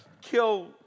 kill